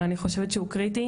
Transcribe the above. אבל אני חושבת שהוא קריטי.